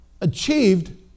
achieved